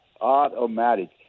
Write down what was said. Automatic